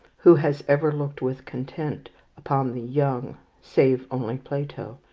who has ever looked with content upon the young, save only plato,